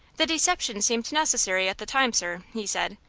the deception seemed necessary at the time, sir, he said,